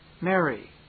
Mary